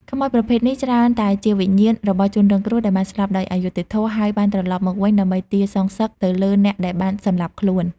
ខ្មោចប្រភេទនេះច្រើនតែជាវិញ្ញាណរបស់ជនរងគ្រោះដែលបានស្លាប់ដោយអយុត្តិធម៌ ហើយបានត្រឡប់មកវិញដើម្បីទារសងសឹកទៅលើអ្នកដែលបានសម្លាប់ខ្លួន។